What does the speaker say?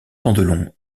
pandelon